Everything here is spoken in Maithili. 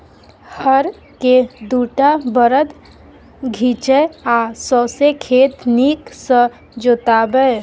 हर केँ दु टा बरद घीचय आ सौंसे खेत नीक सँ जोताबै